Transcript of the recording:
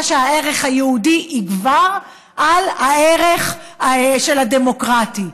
שהערך היהודי יגבר על הערך של הדמוקרטי.